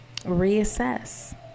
reassess